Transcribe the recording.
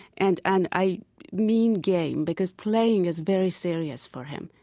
and and i mean game because playing is very serious for him.